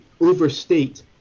overstate